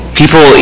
people